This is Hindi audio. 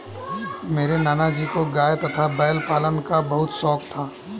मेरे नाना जी को गाय तथा बैल पालन का बहुत शौक था